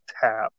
tap